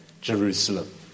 Jerusalem